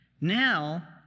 now